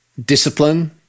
Discipline